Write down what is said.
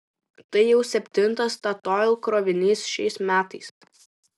tai jau septintas statoil krovinys šiais metais